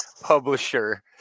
publisher